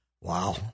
Wow